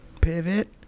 Pivot